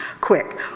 quick